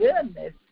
goodness